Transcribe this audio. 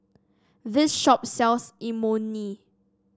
this shop sells Imoni